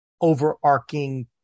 overarching